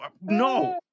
No